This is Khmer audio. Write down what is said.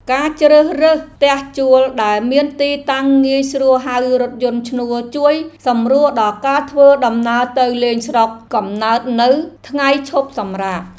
ការជ្រើសរើសផ្ទះជួលដែលមានទីតាំងងាយស្រួលហៅរថយន្តឈ្នួលជួយសម្រួលដល់ការធ្វើដំណើរទៅលេងស្រុកកំណើតនៅថ្ងៃឈប់សម្រាក។